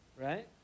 Right